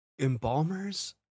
embalmers